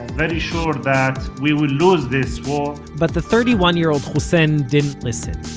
very sure that we would lose this war but the thirty-one-year-old hussein didn't listen.